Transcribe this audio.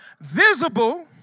visible